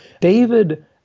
David